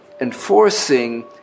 Enforcing